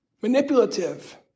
manipulative